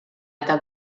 eta